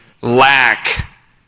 lack